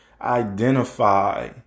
identify